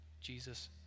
Jesus